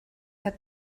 had